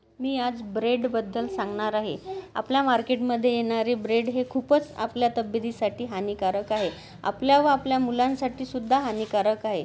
मी आज ब्रेडबद्दल सांगणार आहे आपल्या मार्केटमध्ये येणारे ब्रेड हे खूपच आपल्या तब्येतीसाठी हानिकारक आहे आपल्या व आपल्या मुलांसाठी सुद्धा हानिकारक आहे